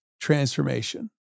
transformation